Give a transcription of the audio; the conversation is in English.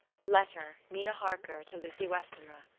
letter, mina harker to lucy westenra.